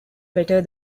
better